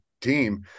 team